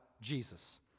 Jesus